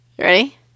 Ready